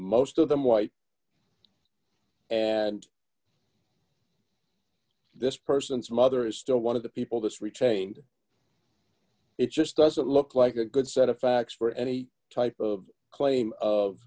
most of them white and this person's mother is still one of the people this retained it just doesn't look like a good set of facts for any type of claim of